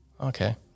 Okay